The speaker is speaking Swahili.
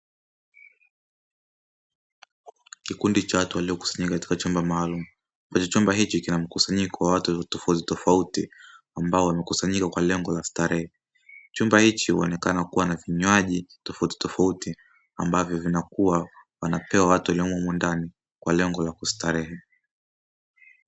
Kikundi cha watu waliokusanyika katika chumba maalumu. Kwenye chumba hichi kina mkusanyiko wa watu tofautitofauti ambao wamekusanyika kwa lengo la starehe. Chumba hichi huonekana kuwa na vinywaji tofautitofauti ambavyo vinakuwa wanapewa watu waliomo humo ndani kwa lengo la kustarehe.